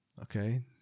Okay